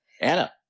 Anna